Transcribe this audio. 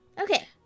Okay